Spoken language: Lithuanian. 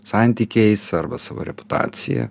santykiais arba savo reputacija